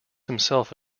himself